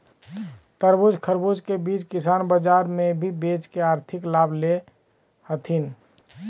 तरबूज, खरबूज के बीज किसान बाजार मे भी बेच के आर्थिक लाभ ले हथीन